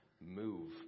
move